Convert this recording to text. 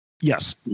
Yes